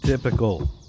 Typical